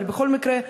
אבל בכל מקרה,